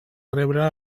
rebre